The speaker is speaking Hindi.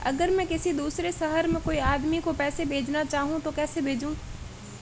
अगर मैं किसी दूसरे शहर में कोई आदमी को पैसे भेजना चाहूँ तो कैसे भेजूँ?